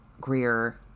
Greer